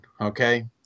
okay